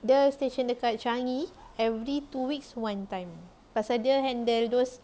dia station dekat changi every two weeks one time pasal dia handle those